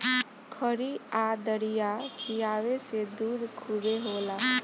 खरी आ दरिया खिआवे से दूध खूबे होला